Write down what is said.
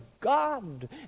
God